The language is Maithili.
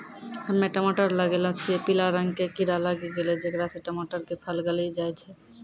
हम्मे टमाटर लगैलो छियै पीला रंग के कीड़ा लागी गैलै जेकरा से टमाटर के फल गली जाय छै?